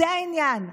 זה העניין.